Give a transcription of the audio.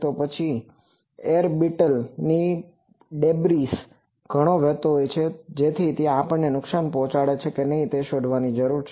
તો પછી ઓરબીટલ orbitભ્રમણકક્ષામાં ડેબ્રીસDebrisભંગારનો ભંગાર ઘણો વહેતો હોય છે જેથી કોઈ પણ આપણને નુકસાન પહોંચાડે કે નહિ તેના માટે તે શોધવાની જરૂર છે